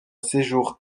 séjour